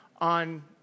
on